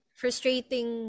frustrating